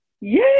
Yay